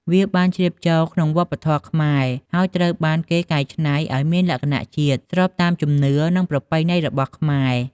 វាបានជ្រាបចូលក្នុងវប្បធម៌ខ្មែរ ហើយត្រូវបានគេកែច្នៃឱ្យមានលក្ខណៈជាតិ ស្របតាមជំនឿ និងប្រពៃណីរបស់ខ្មែរ។